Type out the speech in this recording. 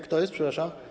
Kto jest, przepraszam?